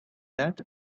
that